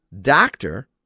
doctor